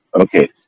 Okay